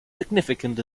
significant